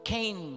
Cain